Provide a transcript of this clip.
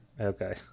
Okay